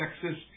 Texas